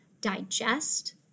digest